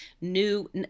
new